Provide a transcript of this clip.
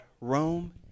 Rome